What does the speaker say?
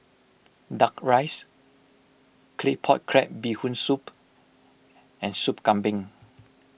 Duck Rice Claypot Crab Bee Hoon Soup and Sop Kambing